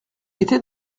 était